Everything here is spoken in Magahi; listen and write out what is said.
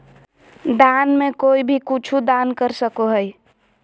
दान में कोई भी कुछु दान कर सको हइ